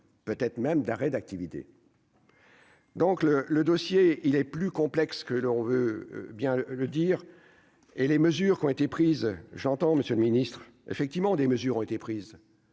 peut-être même d'arrêt d'activité. Donc le le dossier, il est plus complexe que l'on veut bien le dire, et les mesures qui ont été prises, j'entends Monsieur le Ministre, effectivement, des mesures ont été prises,